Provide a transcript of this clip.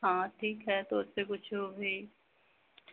हाँ ठीक है तो उससे कुछ उ भी